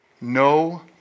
No